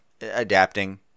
adapting